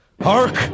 hark